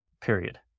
period